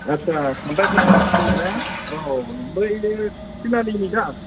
आथसा खनथाय बसुमथारि ना औ बै थिनालिनि दा